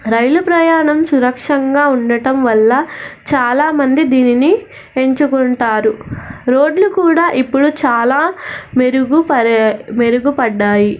రైలు ప్రయాణం సురక్షంగా ఉండటం వల్ల చాలామంది దీనిని ఎంచుకుంటారు రోడ్లు కూడా ఇప్పుడు చాలా మెరుగు ప మెరుగుపడ్డాయి